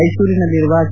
ಮೈಸೂರಿನಲ್ಲಿರುವ K